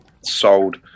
Sold